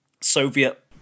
Soviet